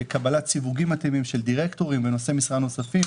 קבלת סיווגים מתאימים של דירקטורים ונושאי משרה נוספים,